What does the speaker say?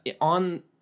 on